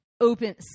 open